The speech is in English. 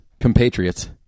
compatriots